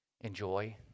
enjoy